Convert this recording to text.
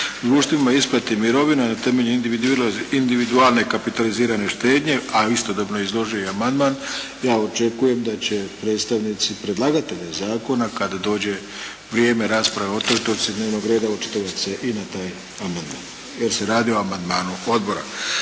društvima, isplati mirovina na temelju individualne kapitalizirane štednje, a istodobno i izložio amandman, ja očekujem da će predstavnici predlagatelja zakona kada dođe vrijeme rasprave o toj točci dnevnog reda očitovati se i na taj amandman jer se radi o amandmanu odbora.